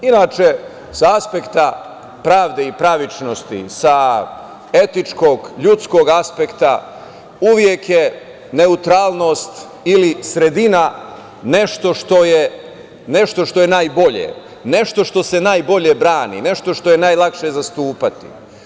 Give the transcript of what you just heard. Inače, sa aspekta pravde i pravičnosti, sa etičkog, ljudskog aspekta uvek je neutralnost ili sredina nešto što je najbolje, nešto što se najbolje brani, nešto što je najlakše zastupati.